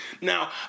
Now